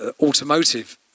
automotive